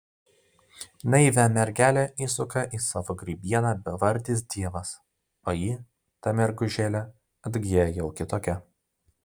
naivią mergelę įsuka į savo grybieną bevardis dievas o ji ta mergužėlė atgyja jau kitokia